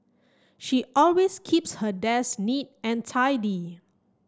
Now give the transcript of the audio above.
she always keeps her desk neat and tidy